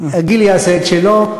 הגיל יעשה את שלו.